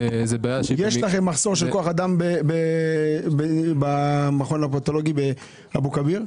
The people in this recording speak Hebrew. יש לכם מחסור כוח אדם במכון הפתולוגי באבו כביר?